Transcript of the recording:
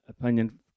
opinion